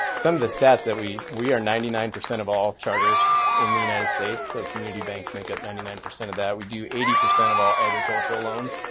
some of the stats that we, we are ninety nine percent of all charters in the united states. so community banks make up ninety nine percent of that. we do eighty percent of all agricultural loans.